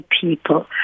people